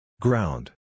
Ground